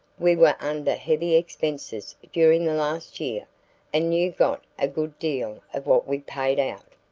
we were under heavy expenses during the last year and you got a good deal of what we paid out.